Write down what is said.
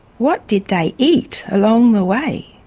what did they eat along the way?